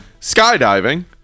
Skydiving